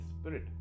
Spirit